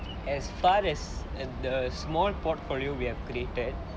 as far as and the small portfolio we have created